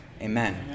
Amen